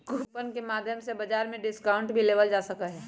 coupon के माध्यम से बाजार में डिस्काउंट भी लेबल जा सका हई